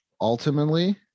ultimately